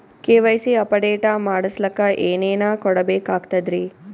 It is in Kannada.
ಕೆ.ವೈ.ಸಿ ಅಪಡೇಟ ಮಾಡಸ್ಲಕ ಏನೇನ ಕೊಡಬೇಕಾಗ್ತದ್ರಿ?